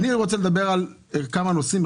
אני רוצה לדבר על כמה נושאים,